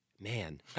man